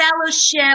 fellowship